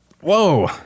Whoa